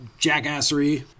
jackassery